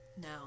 No